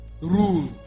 rule